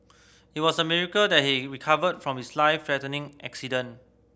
it was a miracle that he recovered from his life threatening accident